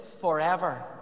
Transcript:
forever